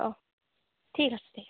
অঁ ঠিক আছে